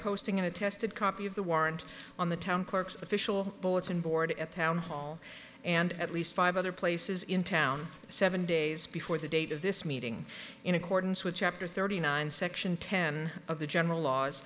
posting attested copy of the warrant on the town clerk's official bulletin board at town hall and at least five other places in town seven days before the date of this meeting in accordance with chapter thirty nine section ten of the general laws